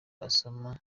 asoma